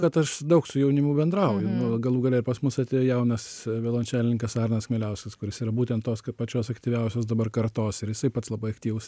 kad aš daug su jaunimu bendrauju galų gale ir pas mus atėjo jaunas violončelininkas arnas kmieliauskas kuris yra būtent tos ka pačios aktyviausios dabar kartos ir jisai pats labai aktyvus